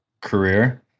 career